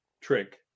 trick